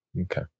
Okay